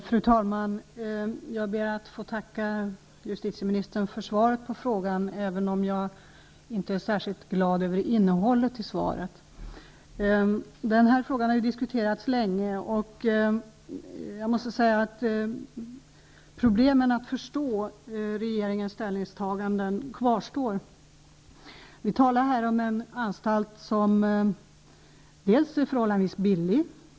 Fru talman! Jag ber att få tacka justitieministern för svaret på frågan, även om jag inte är särskilt glad över innehållet i svaret. Den här frågan har diskuterats länge. Jag måste säga att problemen med att förstå regeringens ställningstaganden kvarstår. Vi talar här om en anstalt som är förhållandevis billig.